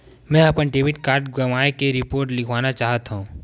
मेंहा अपन debit card गवाए के रिपोर्ट लिखना चाहत हव